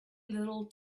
little